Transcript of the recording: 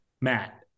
Matt